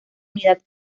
unidad